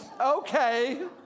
okay